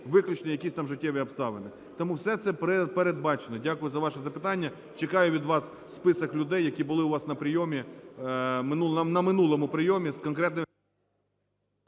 виключні якісь там життєві обставини. Тому все це передбачено. Дякую за ваше запитання. Чекаю від вас список людей, які були у вас на прийомі, на минулому прийомі з конкретними…